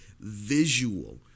visual